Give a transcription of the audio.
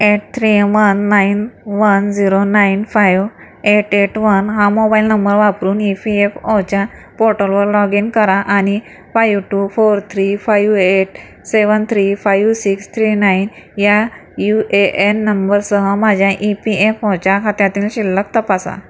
eight three one nine one zero nine five eight eight one हा mobile number वापरून E P F ओच्या पोर्टलवर log in करा आणि five two four three five eight seven three five six three nine या U A N नंबरसह माझ्या E P F ओच्या खात्यातील शिल्लक तपासा